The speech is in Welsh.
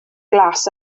glas